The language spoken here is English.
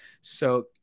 So-